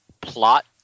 plot